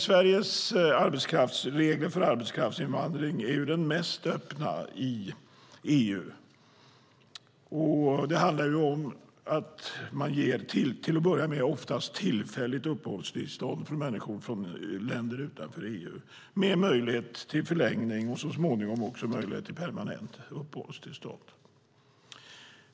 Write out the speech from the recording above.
Sveriges regler för arbetskraftsinvandring är de mest öppna i EU. Det handlar om att man till att börja med oftast ger ett tillfälligt uppehållstillstånd till människor från länder utanför EU med möjlighet till förlängning och så småningom också möjlighet till permanent uppehållstillstånd.